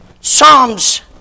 Psalms